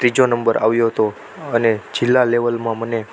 ત્રીજો નંબર આવ્યો હતો અને જિલ્લા લેવલમાં મને